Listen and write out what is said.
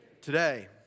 Today